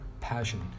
passion